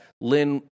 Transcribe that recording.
Lynn